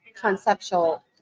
conceptual